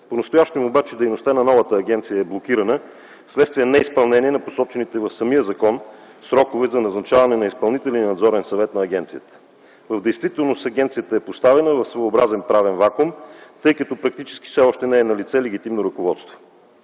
Понастоящем обаче дейността на новата агенция е блокирана, вследствие неизпълнение на посочените в самия закон срокове за назначаване на изпълнителен и надзорен съвет на агенцията. В действителност агенцията е поставена в своеобразен правен вакуум, тъй като практически все още не е налице легитимно ръководство.